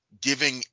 giving